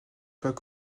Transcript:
peut